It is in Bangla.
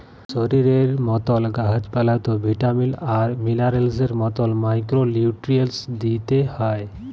শরীরের মতল গাহাচ পালাতেও ভিটামিল আর মিলারেলসের মতল মাইক্রো লিউট্রিয়েল্টস দিইতে হ্যয়